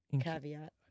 caveat